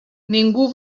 ningú